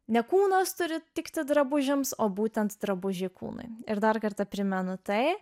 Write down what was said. ne kūnas turi tikti drabužiams o būtent drabužiai kūnui ir dar kartą primenu tai